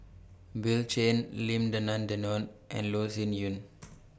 Bill Chen Lim Denan Denon and Loh Sin Yun